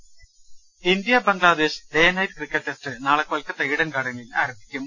് India Bangladesh day night cricket test നാളെ Kolkata Eden ഗാർഡനിൽ ആരംഭിക്കും